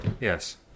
Yes